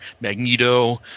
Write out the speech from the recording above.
Magneto